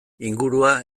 ingurua